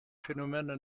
phénomènes